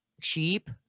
cheap